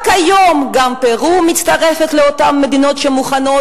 רק היום גם פרו מצטרפת לאותן מדינות שמוכנות